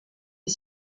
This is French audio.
est